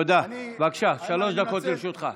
שלוש דקות לרשותך.